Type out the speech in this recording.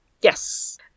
Yes